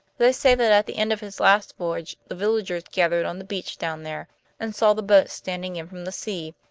they say that at the end of his last voyage the villagers gathered on the beach down there and saw the boat standing in from the sea,